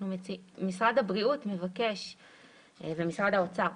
משרד הבריאות ומשרד האוצר מבקשים